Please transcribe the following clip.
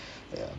ya